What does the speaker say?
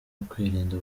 ukwirinda